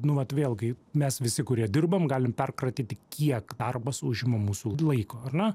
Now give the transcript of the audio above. nu vat vėlgi mes visi kurie dirbam galim perkratyti kiek darbas užima mūsų laiko ar ne